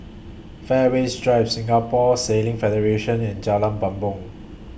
Fairways Drive Singapore Sailing Federation and Jalan Bumbong